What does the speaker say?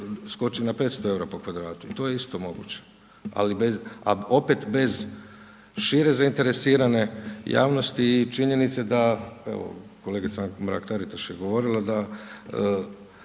skoči na 500 eura po kvadratu, to je isto moguće, a opet bez šire zainteresirane javnosti i činjenice da evo, kolegica Mrak Taritaš je govorila da